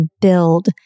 build